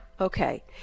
okay